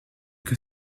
que